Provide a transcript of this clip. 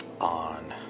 on